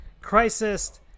crisis